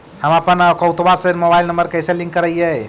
हमपन अकौउतवा से मोबाईल नंबर कैसे लिंक करैइय?